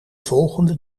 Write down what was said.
volgende